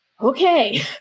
okay